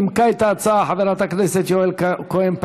נימקה את ההצעה חבר הכנסת יעל כהן-פארן.